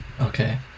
Okay